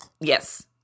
yes